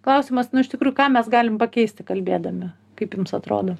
klausimas nu iš tikrųjų ką mes galim pakeisti kalbėdami kaip jums atrodo